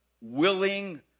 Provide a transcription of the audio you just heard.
willing